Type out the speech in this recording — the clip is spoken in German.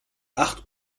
acht